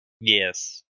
Yes